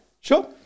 sure